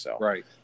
Right